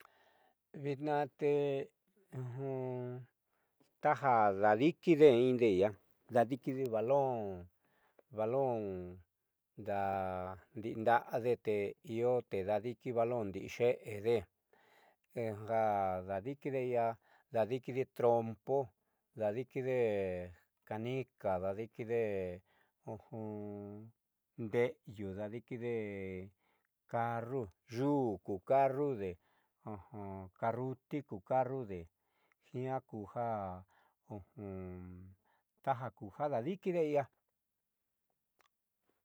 Vitnaa te taja daadiikide inde i'ia dadikide balón ndi'i xe'ede ja daadiikide i'ia daadiikide trompo daadiikide canica daadiikide nde'eyu daadiikide carru yu'u kucarrude karruti ku carrude jiaa ku ja taja daddi'ide i'ia.